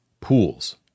pools